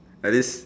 like this